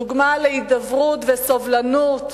דוגמה להידברות וסובלנות.